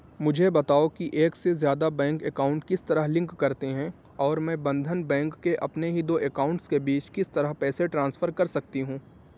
مجھے بتاؤ کہ ایک سے زیادہ بینک اکاؤنٹ کس طرح لنک کرتے ہیں اور میں بندھن بینک کے اپنے ہی دو اکاؤنٹس کے بیچ کس طرح پیسے ٹرانسفر کر سکتی ہوں